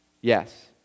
yes